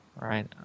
right